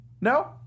No